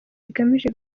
igamije